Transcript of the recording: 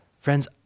friends